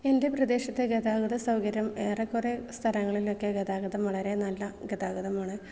എന്റെ പ്രദേശത്തെ ഗതാഗത സൗകര്യം ഏറെക്കൊറെ സ്ഥലങ്ങളിലെയൊക്കെ ഗതാഗതം വളരെ നല്ല ഗതാഗതമാണ്